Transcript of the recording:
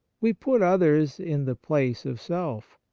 we put others in the place of self.